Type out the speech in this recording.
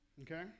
okay